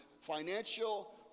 financial